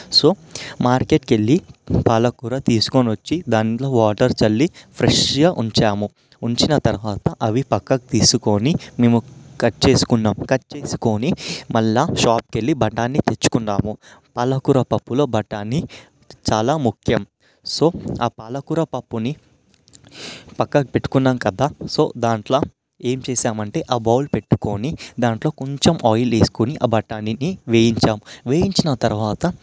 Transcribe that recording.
so మార్కెట్కి వెళ్ళి పాలకూర తీసుకొచ్చి దాంట్లో వాటర్ చల్లి ఫ్రెష్గా ఉంచాము ఉంచిన తరువాత అవి పక్కకు తీసుకొని మేము కట్ చేసుకున్న కట్ చేసుకొని మళ్ళీ షాప్కి బఠానీ తెచ్చుకున్నాము పాలకూర పప్పులో బఠానీ చాలా ముఖ్యం సో ఆ పాలకూర పప్పుని పక్కకు పెట్టుకున్నాము కదా సో దాంట్లో ఏం చేశామంటే ఆ బౌల్ పెట్టుకొని దాంట్లో కొంచెం ఆయిల్ వేసుకొని ఆ బఠానీని వేయించాము వేయించిన తరువాత